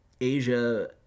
Asia